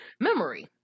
Memory